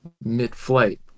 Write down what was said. Mid-flight